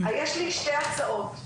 יש לי שתי הצעות: